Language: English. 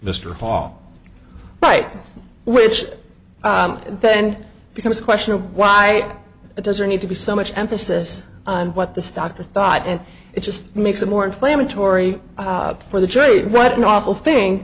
mr hall right which then becomes a question of why it doesn't need to be so much emphasis on what the doctor thought and it just makes it more inflammatory for the jury what an awful thing